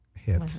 hit